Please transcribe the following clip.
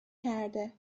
کرده